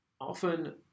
often